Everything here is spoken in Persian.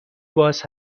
باز